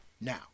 Now